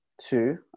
two